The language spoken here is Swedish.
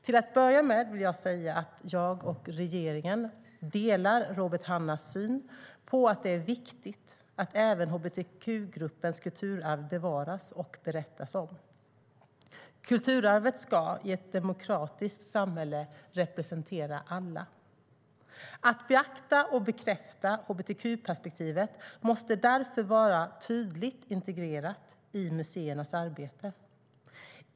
Till att börja med vill jag säga att jag och regeringen delar Robert Hannahs syn på att det är viktigt att även hbtq-gruppens kulturarv bevaras och berättas om. Kulturarvet ska i ett demokratiskt samhälle representera alla. Att beakta och bekräfta hbtq-perspektivet måste därför vara tydligt integrerat i museernas arbete.